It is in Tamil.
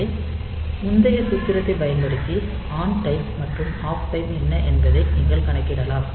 எனவே முந்தைய சூத்திரத்தைப் பயன்படுத்தி ஆன் டைம் மற்றும் ஆப் டைம் என்ன என்பதை நீங்கள் கணக்கிடலாம்